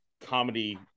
comedy